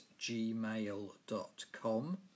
gmail.com